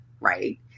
right